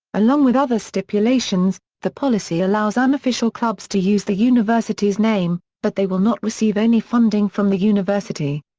along with other stipulations, the policy allows unofficial clubs to use the university's name, but they will not receive any funding from the university.